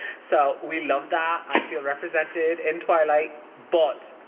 so we love that i feel represented in twilight! but,